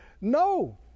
No